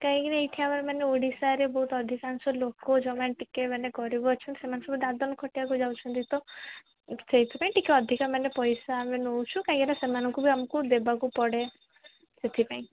କାହିଁକିନା ଏଇଠି ଆମର ମାନେ ଓଡ଼ିଶାରେ ବହୁତ ଅଧିକାଂଶ ଲୋକ ଜମା ଟିକେ ମାନେ ଗରିବ ଅଛନ୍ତି ସେମାନେ ସବୁ ଦାଦନ ଖଟିବାକୁ ଯାଉଛନ୍ତି ତ ସେଇଥିପାଇଁ ଟିକେ ଅଧିକା ମାନେ ପଇସା ଆମେ ନେଉଛୁ କାହିଁକିନା ସେମାନଙ୍କୁ ବି ଆମକୁ ଦେବାକୁ ପଡ଼େ ସେଥିପାଇଁ